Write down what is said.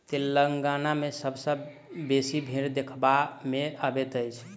तेलंगाना मे सबसँ बेसी भेंड़ देखबा मे अबैत अछि